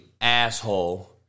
asshole